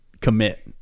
commit